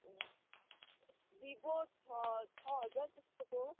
अँ भिभो छ छः हजार जस्तो को